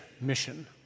mission